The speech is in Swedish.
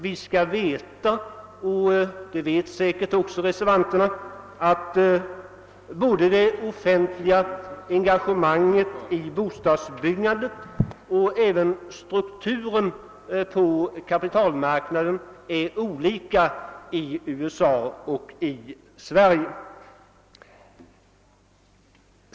Vi skall veta — det vet säkert också reservanterna — att både det offentliga engagemanget i bostadsbyggandet och strukturen på kapitalmarknaden är olika i USA och i Sverige.